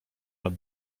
nad